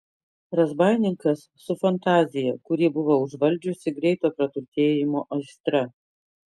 razbaininkas su fantazija kurį buvo užvaldžiusi greito praturtėjimo aistra